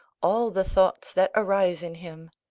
all the thoughts that arise in him.